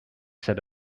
set